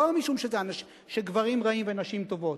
לא משום שגברים רעים ונשים טובות.